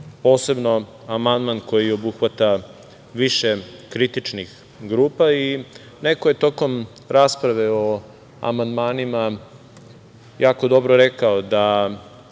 posebno amandman koji obuhvata više kritičnih grupa. Neko je tokom rasprave o amandmanima jako dobro rekao da